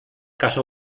caso